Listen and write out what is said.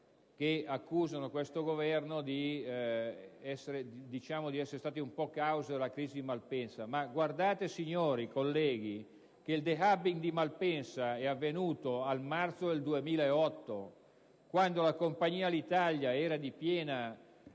che accusano questo Governo di essere stato in parte causa della crisi di Malpensa: badate, colleghi, che il *de-hubbing* di Malpensa è avvenuto a marzo del 2008, quando la compagnia Alitalia era di piena